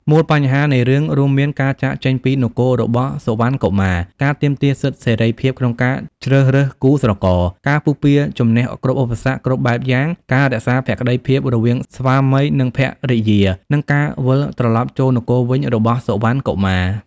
មូលបញ្ហានៃរឿងរួមមានការចាកចេញពីនគររបស់សុវណ្ណកុមារ ការទាមទារសិទ្ធិសេរីភាពក្នុងការជ្រើសរើសគូស្រករ ការពុះពារជំនះគ្រប់ឧបសគ្គគ្រប់បែបយ៉ាង ការរក្សាភក្តីភាពរវាងស្វាមី និងភរិយា និងការវិលត្រឡប់ចូលនគរវិញរបស់សុវណ្ណកុមារ។